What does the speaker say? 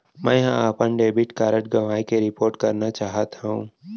मै हा अपन डेबिट कार्ड गवाएं के रिपोर्ट करना चाहत हव